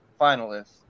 finalists